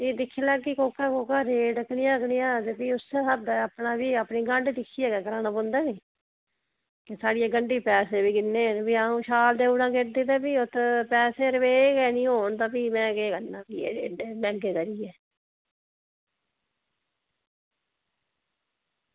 एह् दिक्खी लैगी कोह्का कोह्का रेट कनेहा नेहा ते फ्ही उस्सै स्हाबै अपना बी अपनी गंढ दिक्खियै गै कराना पौंदा नी ते साढ़ी गंढी पैसे बी किन्ने ते फ्ही अ'ऊं छाल देई ओड़ां ते फ्ही उत्त पैसे रपेऽ गै निं होन तां फ्ही में केह् करना फ्ही एड्डे मैंह्गे करियै